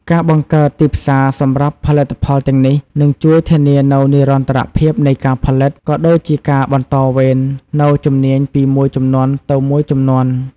ការបង្កើតទីផ្សារសម្រាប់ផលិតផលទាំងនេះ នឹងជួយធានានូវនិរន្តរភាពនៃការផលិត ក៏ដូចជាការបន្តវេននូវជំនាញពីមួយជំនាន់ទៅមួយជំនាន់។